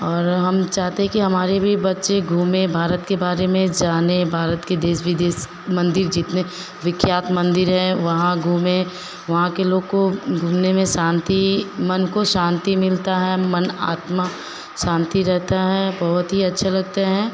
और हम चाहते हैं कि हमारे भी बच्चे घूमें भारत के बारे में जाने भारत के देश विदेश मंदिर जितने विख्यात मंदिर हैं वहाँ घूमें वहाँ के लोग को घूमने में शांति मन को शांति मिलती है मन आत्मा शांति रहता है बहुत ही अच्छे लगता है